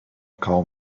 call